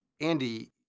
Andy